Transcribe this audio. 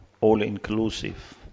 all-inclusive